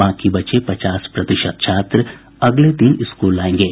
बाकी बचे पचास प्रतिशत छात्र अगले दिन स्कूल आयेंगे